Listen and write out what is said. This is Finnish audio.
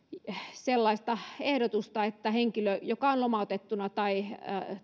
sellaista ehdotusta että henkilö joka on lomautettuna tai